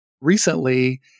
recently